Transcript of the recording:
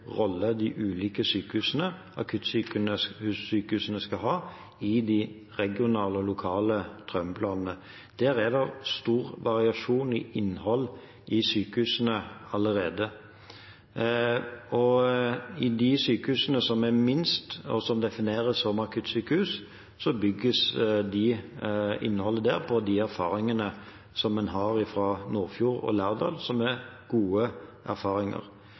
de ulike akuttsykehusene skal ha i de regionale og lokale traumeplanene. Der er det stor variasjon i innhold i sykehusene allerede. I de sykehusene som er minst, og som defineres som akuttsykehus, bygges innholdet på de erfaringene en har fra Nordfjord og Lærdal, som er gode erfaringer.